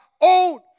old